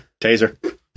Taser